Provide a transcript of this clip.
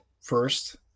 first